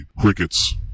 crickets